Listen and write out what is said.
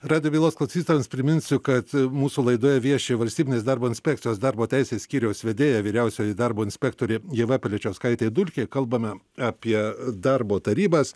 radijo bylos klausytojams priminsiu kad mūsų laidoje vieši valstybinės darbo inspekcijos darbo teisės skyriaus vedėja vyriausioji darbo inspektorė ieva piličiauskaitė dulkė kalbame apie darbo tarybas